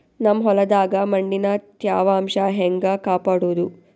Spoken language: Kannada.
ನಮ್ ಹೊಲದಾಗ ಮಣ್ಣಿನ ತ್ಯಾವಾಂಶ ಹೆಂಗ ಕಾಪಾಡೋದು?